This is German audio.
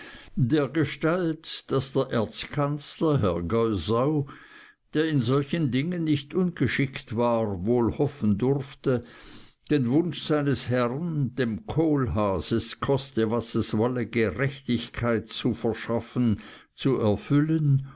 dergestalt daß der erzkanzler herr geusau der in solchen dingen nicht ungeschickt war wohl hoffen durfte den wunsch seines herrn dem kohlhaas es koste was es wolle gerechtigkeit zu verschaffen zu erfüllen